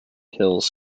hills